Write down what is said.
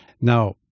Now